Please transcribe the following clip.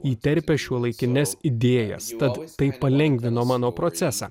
įterpia šiuolaikines idėjas tad tai palengvino mano procesą